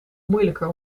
moeilijker